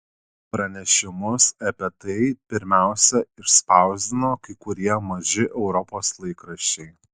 pranešimus apie tai pirmiausia išspausdino kai kurie maži europos laikraščiai